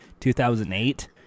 2008